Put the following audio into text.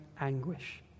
anguish